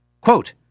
quote